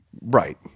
Right